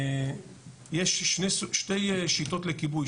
יש שתי שיטות לכיבוי,